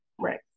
Right